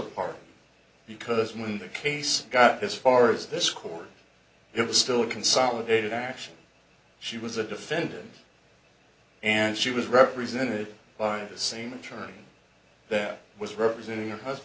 a part because when the case got as far as this court it was still consolidated action she was a defendant and she was represented by the same attorney that was representing